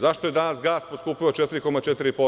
Zašto je danas gas poskupeo od 4,4%